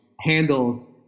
handles